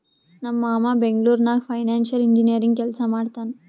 ನಮ್ ಮಾಮಾ ಬೆಂಗ್ಳೂರ್ ನಾಗ್ ಫೈನಾನ್ಸಿಯಲ್ ಇಂಜಿನಿಯರಿಂಗ್ ಕೆಲ್ಸಾ ಮಾಡ್ತಾನ್